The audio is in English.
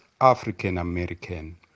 African-American